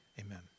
amen